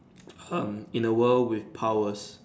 um in a world with powers